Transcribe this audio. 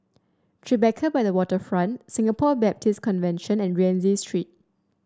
Tribeca by the Waterfront Singapore Baptist Convention and Rienzi Street